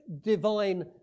divine